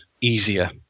easier